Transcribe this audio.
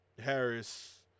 Harris –